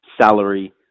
salary